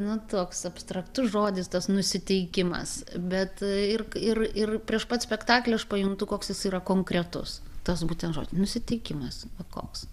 nu toks abstraktus žodis tas nusiteikimas bet ir ir ir prieš pat spektaklį aš pajuntu koks jis yra konkretus tas būtent žodis nusiteikimas koks